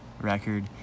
record